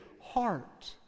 heart